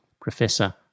Professor